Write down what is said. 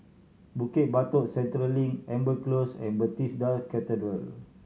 Bukit Batok Central Link Amber Close and Bethesda Cathedral